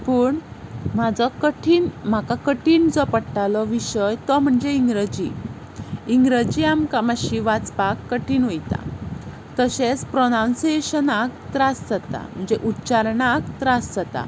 पूण म्हाजो कठीण म्हाका कठीण जो पडटालो विशय तो म्हणजे इंग्रजी इंग्रजी आमकां मातशी वाचपाक कठीण वयता तशेंच प्रोनाउन्सिएशनाक त्रास जाता म्हणजे उच्चारणाक त्रास जाता